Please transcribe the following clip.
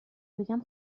بگم